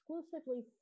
exclusively